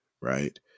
right